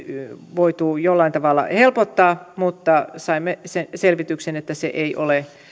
voitu jollain tavalla helpottaa mutta saimme selvityksen että se ei ole